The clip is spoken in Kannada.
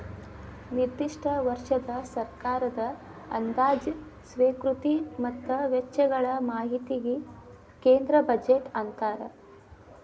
ನಿರ್ದಿಷ್ಟ ವರ್ಷದ ಸರ್ಕಾರದ ಅಂದಾಜ ಸ್ವೇಕೃತಿ ಮತ್ತ ವೆಚ್ಚಗಳ ಮಾಹಿತಿಗಿ ಕೇಂದ್ರ ಬಜೆಟ್ ಅಂತಾರ